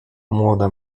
młoda